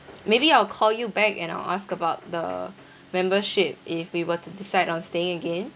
maybe I'll call you back and I'll ask about the membership if we were to decide on staying again